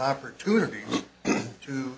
opportunity to